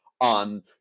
on